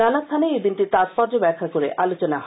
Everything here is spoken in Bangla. নানা স্হানে এই দিনটির তাৎপর্য ব্যাখ্যা করে আলোচনা হয়